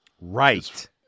Right